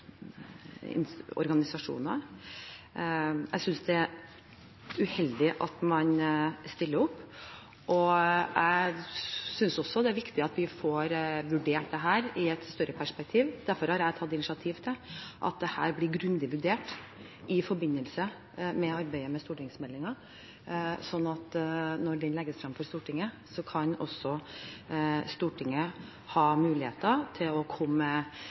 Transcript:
organisasjoner. Jeg synes det er uheldig at man stiller opp, og jeg synes også det er viktig at vi får vurdert dette i et større perspektiv. Derfor har jeg tatt initiativ til at dette blir grundig vurdert i forbindelse med arbeidet med stortingsmeldingen, slik at når den legges frem for Stortinget, kan også Stortinget ha muligheter til å komme med